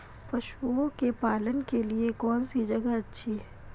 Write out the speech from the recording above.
पशुओं के पालन के लिए कौनसी जगह अच्छी है?